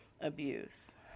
abuse